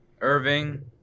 Irving